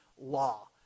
law